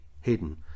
hidden